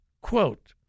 quote